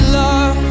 love